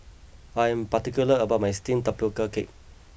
I am particular about my Steamed Tapioca Cake